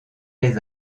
les